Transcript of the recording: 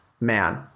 man